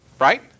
Right